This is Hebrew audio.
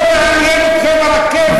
לא מעניין אתכם הרכבת.